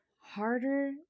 Harder